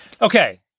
Okay